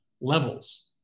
levels